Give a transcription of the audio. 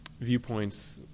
viewpoints